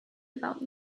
about